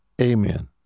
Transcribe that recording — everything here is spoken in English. Amen